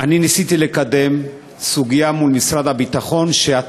אני רואה שאתה